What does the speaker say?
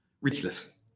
Ridiculous